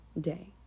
day